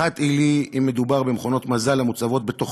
אחת היא לי אם מדובר במכונות מזל המוצבות בתוך